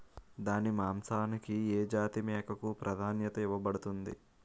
దాని మాంసానికి ఏ జాతి మేకకు ప్రాధాన్యత ఇవ్వబడుతుంది?